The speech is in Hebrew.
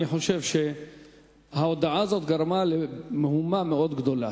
אני חושב שההודעה הזאת גרמה למהומה מאוד גדולה,